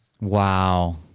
Wow